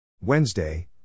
Wednesday